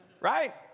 right